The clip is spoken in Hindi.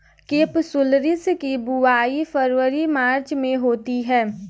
केपसुलरिस की बुवाई फरवरी मार्च में होती है